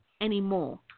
anymore